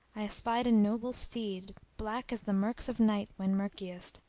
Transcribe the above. i espied a noble steed, black as the murks of night when murkiest,